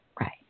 right